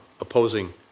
opposing